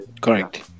Correct